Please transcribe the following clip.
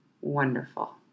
Wonderful